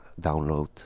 download